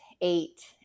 eight